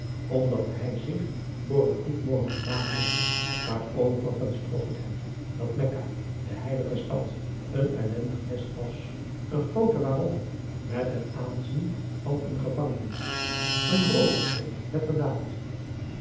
omdat hij zich voor een goed mohammedaan hield maar overigens trof het hem dat mekka de heilige stad een ellendig nest was een groote warong met het aanzien van een gevangenis een roovershol metterdaad